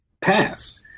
past